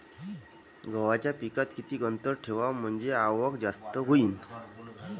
गव्हाच्या पिकात किती अंतर ठेवाव म्हनजे आवक जास्त होईन?